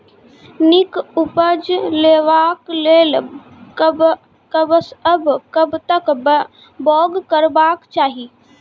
नीक उपज लेवाक लेल कबसअ कब तक बौग करबाक चाही?